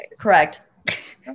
correct